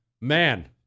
Man